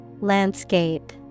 Landscape